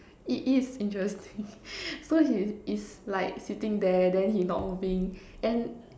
it is interesting so he is like sitting there then he not moving and